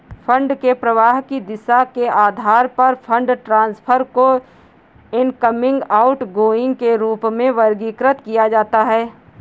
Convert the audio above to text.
fund के प्रवाह की दिशा के आधार पर फंड ट्रांसफर को इनकमिंग, आउटगोइंग के रूप में वर्गीकृत किया जाता है